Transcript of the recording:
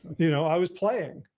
you know, i was playing.